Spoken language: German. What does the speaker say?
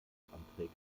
änderungsanträge